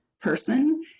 person